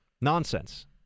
nonsense